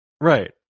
Right